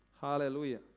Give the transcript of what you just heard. Hallelujah